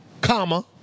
Comma